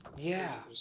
yeah,